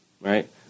right